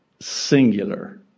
singular